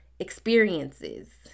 experiences